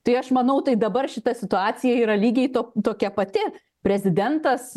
tai aš manau tai dabar šita situacija yra lygiai tok tokia pati prezidentas